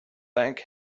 thank